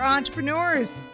Entrepreneurs